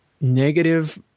negative